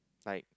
like